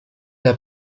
der